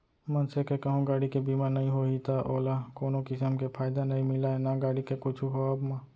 मनसे के कहूँ गाड़ी के बीमा नइ होही त ओला कोनो किसम के फायदा नइ मिलय ना गाड़ी के कुछु होवब म